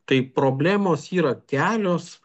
tai problemos yra kelios